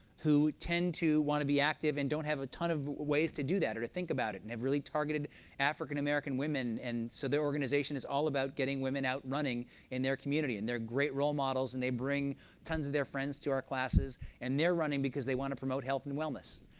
who tend to want to be active and don't have a ton of ways to do that or to think about it and have really targeted african american women. and so their organization is all about getting women out running in their community, and they're great role models, and they bring tons of their friends to our classes, and they're running because they want to promote health and wellness.